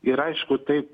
ir aišku taip